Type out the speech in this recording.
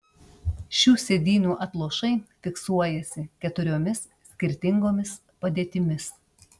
šių sėdynių atlošai fiksuojasi keturiomis skirtingomis padėtimis